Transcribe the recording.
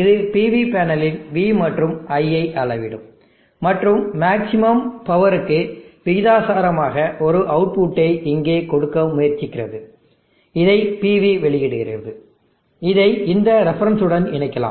இது PV பேனலின் V மற்றும் I ஐ அளவிடும் மற்றும் மேக்ஸிமம் பவருக்கு maximum power0 விகிதாசாரமாக ஒரு அவுட்புட்டை இங்கே கொடுக்க முயற்சிக்கிறது இதை PV வெளியிடுகிறது இதை இந்த ரெஃபரன்ஸ் உடன் இணைக்கலாம்